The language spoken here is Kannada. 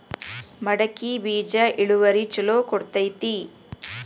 ಮಡಕಿ ಬೇಜ ಇಳುವರಿ ಛಲೋ ಕೊಡ್ತೆತಿ?